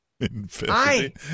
Infinity